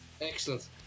Excellent